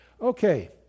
Okay